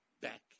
back